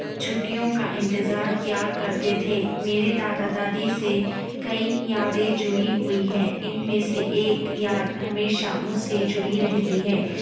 چھٹیوں کا انتظار کیا کرتے تھے میرے دادا دادی سے کئی یادیں جڑی ہوئی ہے ان میں سے ایک یاد ہمیشہ مجھ سے جڑی رہتی ہے